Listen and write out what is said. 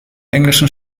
englischen